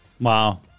wow